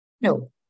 No